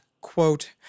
quote